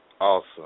Awesome